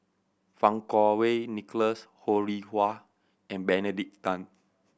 Fang Kuo Wei Nicholas Ho Rih Hwa and Benedict Tan